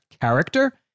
character